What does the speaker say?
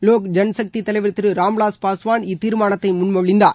லோக் ஜன்சக்தி தலைவர் திரு ராம்விலாஸ் பாஸ்வான் இத்தீர்மானத்தை முன்மொழிந்தார்